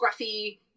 scruffy